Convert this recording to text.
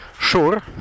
sure